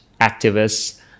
activists